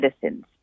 citizens